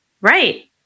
Right